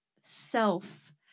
self